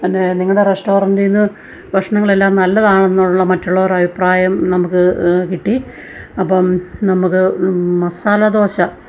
എന്നെ നിങ്ങളുടെ റസ്റ്റോറൻ്റിനു ഭക്ഷണങ്ങളെല്ലാം നല്ലതാണെന്നുള്ള മറ്റുള്ളവരുടെ അഭിപ്രായം നമുക്ക് കിട്ടി അപ്പം നമുക്ക് മസാലദോശ